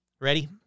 Ready